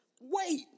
Wait